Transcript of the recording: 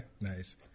Nice